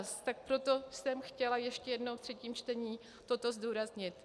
Tak proto jsem chtěla ještě jednou ve třetím čtení toto zdůraznit.